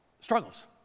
struggles